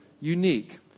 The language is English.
unique